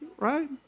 Right